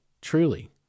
truly